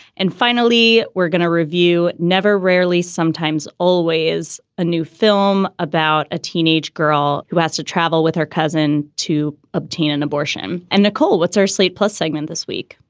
and finally, we're gonna review never, rarely, sometimes always a new film about a teenage girl who has to travel with her cousin to obtain an abortion. and nicole, what's our slate plus segment this week?